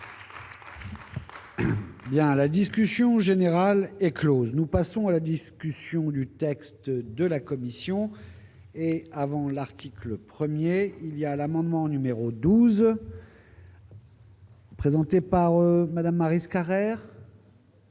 y a la discussion générale est Close, nous passons à la discussion du texte de la Commission et avant l'article 1er il y a l'amendement numéro 12. Présenté par Madame Maryse Carrère.